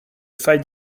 faille